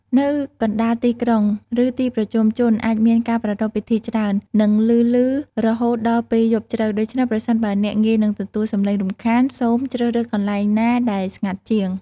នៅកណ្តាលទីក្រុង ឬទីប្រជុំជនអាចមានការប្រារព្ធពិធីច្រើន និងឮៗរហូតដល់ពេលយប់ជ្រៅ ដូច្នេះ ប្រសិនបើអ្នកងាយនឹងទទួលសំឡេងរំខាន សូមជ្រើសរើសកន្លែងណាដែលស្ងាត់ជាង។